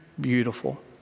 Beautiful